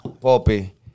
Poppy